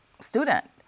student